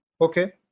Okay